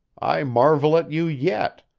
i marvel at you yet.